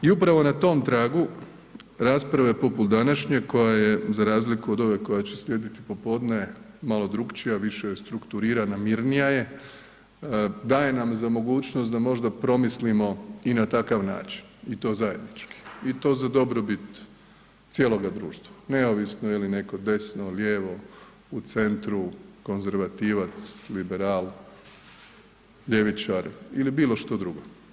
I upravo na tom tragu rasprave poput današnje koja je, za razliku od ove koja će slijediti popodne malo drukčija, više je strukturirana, mirnija je, daje nam za mogućnost da možda promislimo i na takav način i to zajednički i to za dobrobit cijeloga društva neovisno je li netko desno, lijevo, u centru, konzervativac, liberal, ljevičar ili bilo što drugo.